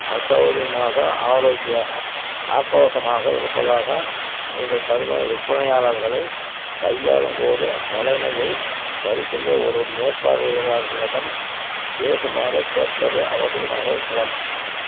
அசௌகரியமாக ஆரோக்கிய ஆக்ரோஷமாக இருப்பதாக நீங்கள் கருதும் விற்பனையாளர்களைக் கையாளும் போது நிலைமையை சரி செய்ய ஒரு மேற்பார்வையாளரிடம் பேசுமாறு கேட்பது அவசியமாக இருக்கலாம்